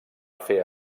fer